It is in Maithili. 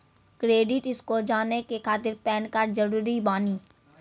क्रेडिट स्कोर जाने के खातिर पैन कार्ड जरूरी बानी?